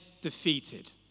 defeated